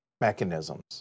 mechanisms